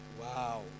wow